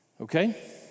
okay